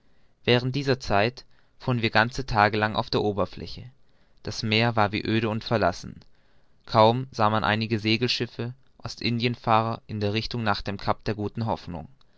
während dieser zeit fuhren wir ganze tage lang auf der oberfläche das meer war wie öde und verlassen kaum sah man einige segelschiffe ostindienfahrer in der richtung nach dem cap der guten hoffnung